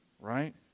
Right